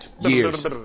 years